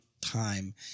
time